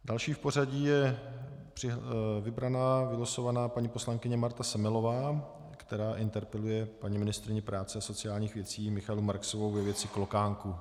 Další v pořadí je vybraná a vylosovaná paní poslankyně Marta Semelová, která interpeluje paní ministryni práce a sociálních věcí Michaelu Marksovou ve věci klokánků.